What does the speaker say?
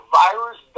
virus